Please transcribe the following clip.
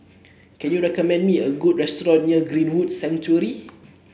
can you recommend me a good restaurant near Greenwood Sanctuary